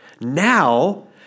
Now